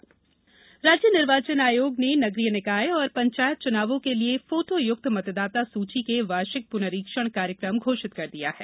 मतदाता सूची राज्य निर्वाचन आयोग ने नगरीय निकाय और पंचायत चुनावों के लिए फोटोयुक्त मतदाता सूची के वार्षिक पुनरीक्षण कार्यक्रम घोषित कर दिया है